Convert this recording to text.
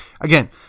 again